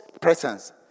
presence